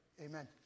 Amen